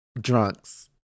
drunks